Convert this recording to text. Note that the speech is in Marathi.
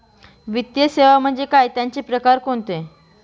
वित्तीय सेवा म्हणजे काय? त्यांचे प्रकार कोणते?